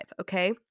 okay